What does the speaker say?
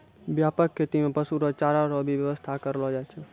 व्यापक खेती मे पशु रो चारा रो भी व्याबस्था करलो जाय छै